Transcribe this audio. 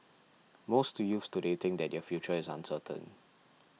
most youths today think that their future is uncertain